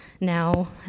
now